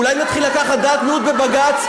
אולי נתחיל לקחת דעת מיעוט בבג"ץ?